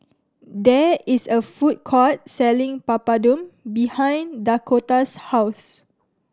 there is a food court selling Papadum behind Dakoda's house